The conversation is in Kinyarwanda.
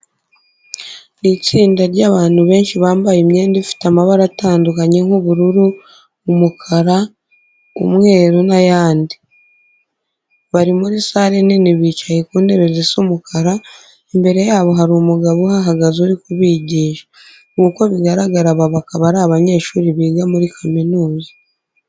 Ni itsinda ry'abandu benshi bambaye imyenda ifite amabara atandukanye nk'ubururu, umukara, umweru n'ayandi. Bari muri sale nini bicaye ku ntebe zisa umukara, imbere yabo hari umugabo uhahagaze uri kubigisha. Nkuko bigaragara aba bakaba ari abanyeshuri biga muri kaminuza.